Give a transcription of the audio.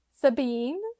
sabine